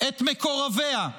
את מקורביה,